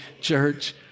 church